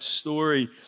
story